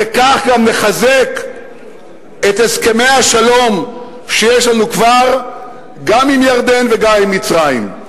וכך גם לחזק את הסכמי השלום שיש לנו כבר גם עם ירדן וגם עם מצרים.